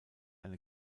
eine